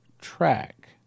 Track